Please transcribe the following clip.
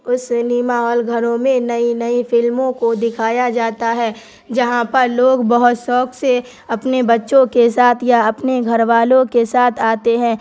اس cinema hall گھروں میں نئی نئی فلموں کو دکھایا جاتا ہے جہاں پر لوگ بہت شوق سے اپنے بچوں کے ساتھ یا اپنے گھر والوں کے ساتھ آتے ہیں